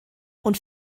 und